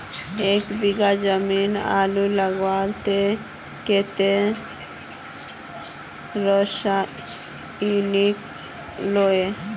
एक बीघा जमीन आलू लगाले तो कतेक रासायनिक लगे?